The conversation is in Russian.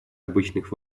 обычных